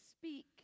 Speak